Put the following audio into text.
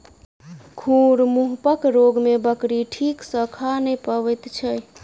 खुर मुँहपक रोग मे बकरी ठीक सॅ खा नै पबैत छै